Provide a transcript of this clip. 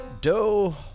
Doe